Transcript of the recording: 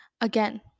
Again